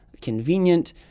convenient